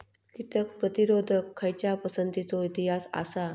कीटक प्रतिरोधक खयच्या पसंतीचो इतिहास आसा?